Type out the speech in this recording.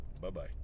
bye-bye